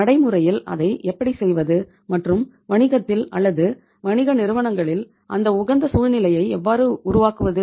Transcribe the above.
நடைமுறையில் அதை எப்படி செய்வது மற்றும் வணிகத்தில் அல்லது வணிக நிறுவனங்களில் அந்த உகந்த சூழ்நிலையை எவ்வாறு உருவாக்குவது